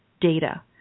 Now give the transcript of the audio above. data